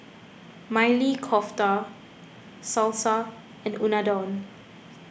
Maili Kofta Salsa and Unadon